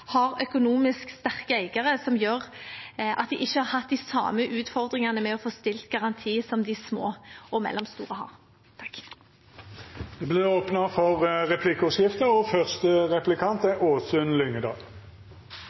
har økonomisk sterke eiere som gjør at de ikke har hatt de samme utfordringene med å få stilt garanti som de små og mellomstore. Det blir replikkordskifte. Reisearrangørene har